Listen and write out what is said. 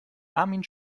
armin